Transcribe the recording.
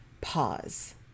Pause